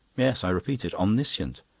yes, i repeat it, omniscient.